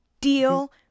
Deal